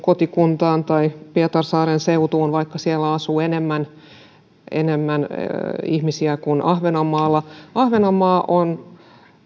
kotikuntaani tai pietarsaaren seutuun vaikka siellä asuu enemmän enemmän ihmisiä kuin ahvenanmaalla ahvenanmaa on